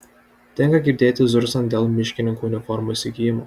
tenka girdėti zurzant dėl miškininkų uniformų įsigijimo